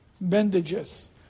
bandages